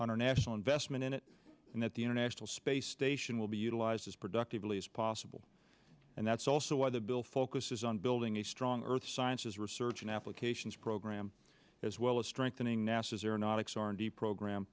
on our national investment in it and that the international space station will be utilized as productively as possible and that's also why the bill focuses on building a strong earth sciences research and applications program as well as strengthening